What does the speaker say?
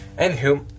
Anywho